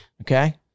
okay